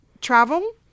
travel